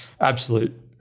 absolute